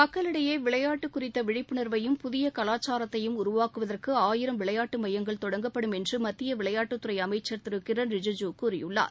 மக்களிடையே விளையாட்டு குறித்த விழிப்புணா்வையும் புதிய கவாச்சாரத்தையும் உருவாக்குதற்கு ஆயிரம் விளையாட்டு மையங்கள் தொடங்கபடும் என்று மத்திய விளையாட்டுத்துறை அமைச்சர் திரு கிரண் ரிஜிஜூ கூறியுள்ளார்